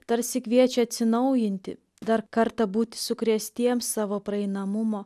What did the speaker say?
tarsi kviečia atsinaujinti dar kartą būti sukrėstiems savo praeinamumo